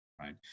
right